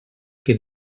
que